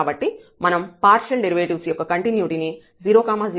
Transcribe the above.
కాబట్టి మనం partial derivatives యొక్క కంటిన్యుటీ ని 0 0 కాని పాయింట్ వద్ద లెక్కించాలి